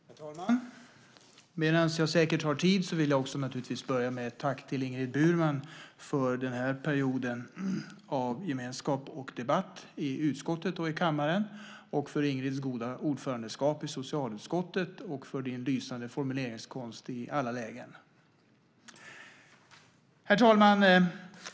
Herr talman! Medan jag säkert har tid vill jag naturligtvis också tacka Ingrid Burman för den här perioden av gemenskap och debatt i utskottet och i kammaren, för Ingrids goda ordförandeskap i socialutskottet och för hennes lysande formuleringskonst i alla lägen. Herr talman!